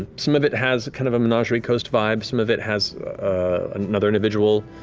ah some of it has kind of a menagerie coast vibe. some of it has another individual.